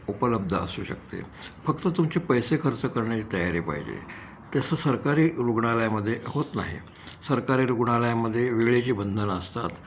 उपलब्ध असू शकते फक्त तुमचे पैसे खर्च करण्याची तयारी पाहिजे तसं सरकारी रुग्णालयामध्ये होत नाही सरकारी रुग्णालयामध्ये वेळेची बंधनं असतात